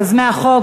את יוזמי החוק,